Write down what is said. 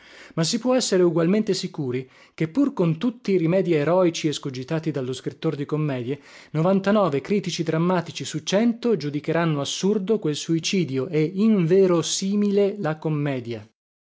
ma si può essere ugualmente sicuri che pur con tutti i rimedii eroici escogitati dallo scrittor di commedie novantanove critici drammatici su cento giudicheranno assurdo quel suicidio e inverosimile la commedia